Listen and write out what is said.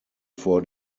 vor